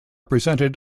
presented